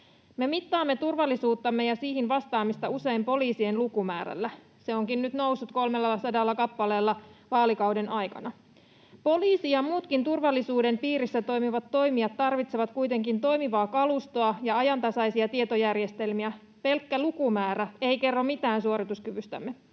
mittaamme turvallisuuttamme ja siihen vastaamista usein poliisien lukumäärällä. Se onkin nyt noussut 300 kappaleella vaalikauden aikana. Poliisi ja muutkin turvallisuuden piirissä toimivat toimijat tarvitsevat kuitenkin toimivaa kalustoa ja ajantasaisia tietojärjestelmiä. Pelkkä lukumäärä ei kerro mitään suorituskyvystämme.